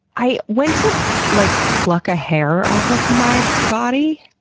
i went to like pluck a hair off of my body